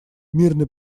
мирный